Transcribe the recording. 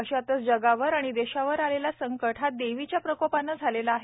अश्यातच जगावर आणि देशावर आलेला संकट हा देवीच्या प्रकोपाने झालेला आहेत